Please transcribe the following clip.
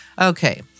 Okay